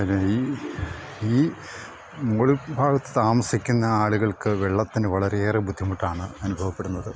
പിന്നെ ഈ ഈ മോൾ ഭാഗത്ത് താമസിക്കുന്ന ആളുകൾക്ക് വെള്ളത്തിന് വളരെയേറെ ബുദ്ധിമുട്ടാണ് അനുഭവപ്പെടുന്നത്